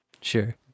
Sure